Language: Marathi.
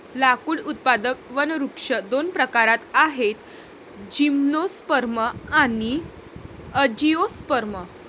लाकूड उत्पादक वनवृक्ष दोन प्रकारात आहेतः जिम्नोस्पर्म आणि अँजिओस्पर्म